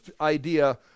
idea